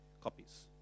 copies